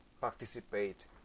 participate